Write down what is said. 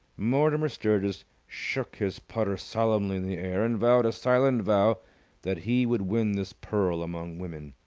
mortimer sturgis shook his putter solemnly in the air, and vowed a silent vow that he would win this pearl among women.